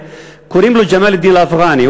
קוראים לו ג'מאל א-דין אל-אפגאני.